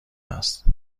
است